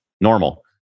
normal